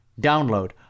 Download